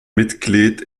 mitglied